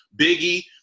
Biggie